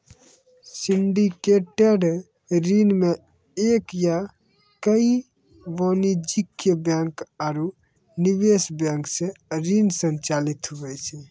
syndicated ऋण मे एक या कई वाणिज्यिक बैंक आरू निवेश बैंक सं ऋण संचालित हुवै छै